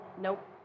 Nope